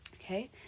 okay